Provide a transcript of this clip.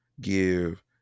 give